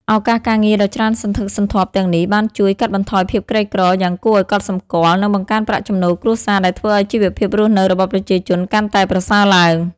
ឱកាសការងារដ៏ច្រើនសន្ធឹកសន្ធាប់ទាំងនេះបានជួយ កាត់បន្ថយភាពក្រីក្រ យ៉ាងគួរឲ្យកត់សម្គាល់ និង បង្កើនប្រាក់ចំណូលគ្រួសារ ដែលធ្វើឲ្យជីវភាពរស់នៅរបស់ប្រជាជនកាន់តែប្រសើរឡើង។